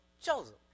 Joseph